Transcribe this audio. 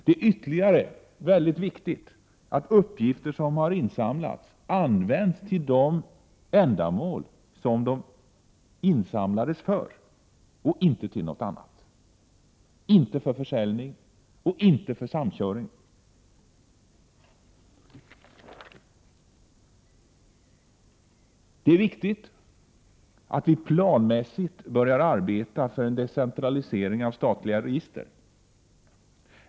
Det är också mycket viktigt att uppgifter som har insamlats används till de ändamål som de har insamlats för och inte till något annat, inte till försäljning och inte till samkörning. Det är viktigt att man planmässigt börjar arbeta för en decentralisering av statliga register.